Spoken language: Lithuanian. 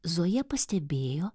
zoja pastebėjo